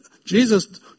Jesus